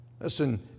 Listen